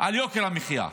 על יוקר המחיה,